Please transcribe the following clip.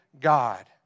God